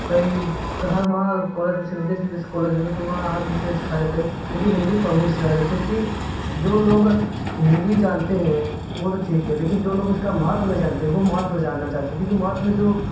कई कॉलेज में कॉलेज होगा तो वहाँ हर विषय सीखाए जाते है लेकिन हिंदी प्रमुख से सिखाया जाता क्योंकि जो लोग हिंदी जानते हैं वो तो ठीक है लेकिन जो लोग इसका महत्त्व नहीं जानते वो महत्त्व जानना चाहते क्योंकि महत्त्व में जो